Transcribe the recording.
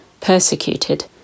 persecuted